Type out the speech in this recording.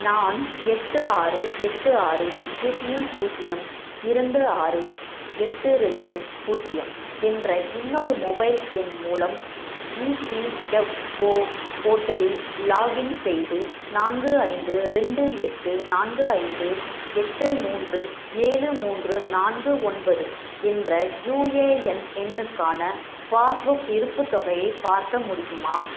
நான் எட்டு ஆறு எட்டு ஆறு பூஜ்ஜியம் பூஜ்ஜியம் இரண்டு ஆறு எட்டு ரெண்டு பூஜ்ஜியம் என்ற இன்னொரு மொபைல் எண் மூலம் இபிஎஃப்ஒ போர்ட்டலில் லாகின் செய்து நான்கு ஐந்து ரெண்டு எட்டு நான்கு ஐந்து எட்டு மூன்று ஏழு மூன்று நான்கு ஒன்பது என்ற யுஏஎன் எண்ணுக்கான பாஸ்புக் இருப்புத் தொகையை பார்க்க முடியுமா